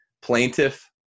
plaintiff